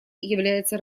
является